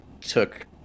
took